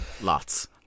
lots